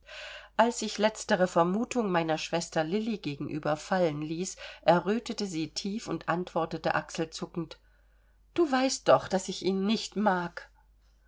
als ich letztere vermutung meiner schwester lilli gegenüber fallen ließ errötete sie tief und antwortete achselzuckend du weißt doch daß ich ihn nicht mag